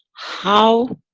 how,